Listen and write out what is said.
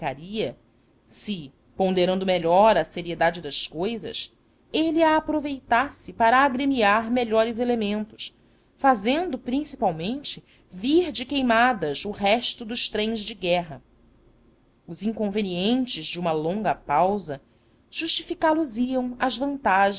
se ponderando melhor a seriedade das cousas ele a aproveitasse para agremiar melhores elementos fazendo principalmente vir de queimadas o resto dos trens de guerra os inconvenientes de uma longa pausa justificá los iam as vantagens